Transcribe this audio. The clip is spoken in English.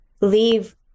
leave